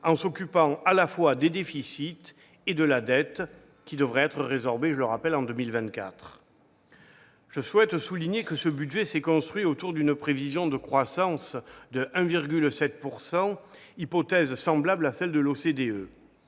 en s'occupant à la fois des déficits et de la dette, qui devrait être résorbée en 2024. Je souhaite souligner que ce budget s'est construit autour d'une prévision de croissance de 1,7 %, hypothèse semblable à celle de l'OCDE